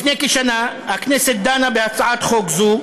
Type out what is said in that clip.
לפני כשנה הכנסת דנה בהצעת חוק זו,